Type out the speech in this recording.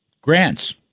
grants